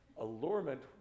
allurement